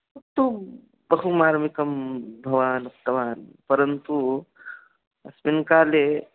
तुं बहु मार्मिकं भवान् उक्तवान् परन्तू अस्मिन् काले